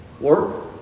work